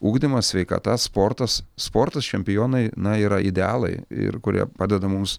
ugdymas sveikata sportas sportas čempionai na yra idealai ir kurie padeda mums